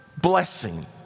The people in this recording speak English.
blessing